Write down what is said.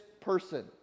person